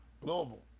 Global